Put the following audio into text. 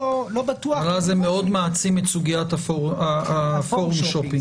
זה מאוד מעצים את סוגיית הפורום שופינג.